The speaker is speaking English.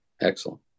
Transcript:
Excellent